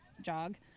jog